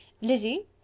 lizzie